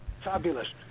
Fabulous